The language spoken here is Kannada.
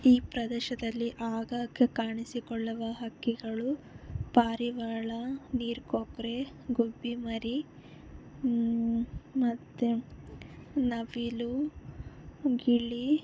ಈ ಪ್ರದೇಶದಲ್ಲಿ ಆಗಾಗ ಕಾಣಿಸಿಕೊಳ್ಳುವ ಹಕ್ಕಿಗಳು ಪಾರಿವಾಳ ನೀರು ಕೊಕ್ಕರೆ ಗುಬ್ಬಿ ಮರಿ ಮತ್ತು ನವಿಲು ಗಿಳಿ